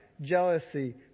jealousy